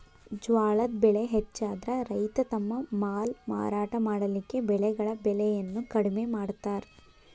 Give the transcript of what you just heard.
ಜ್ವಾಳದ್ ಬೆಳೆ ಹೆಚ್ಚಾದ್ರ ರೈತ ತಮ್ಮ ಮಾಲ್ ಮಾರಾಟ ಮಾಡಲಿಕ್ಕೆ ಬೆಳೆಗಳ ಬೆಲೆಯನ್ನು ಕಡಿಮೆ ಮಾಡತಾರ್